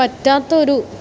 പറ്റാത്ത ഒരു